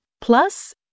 Plus